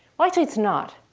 well actually it's not.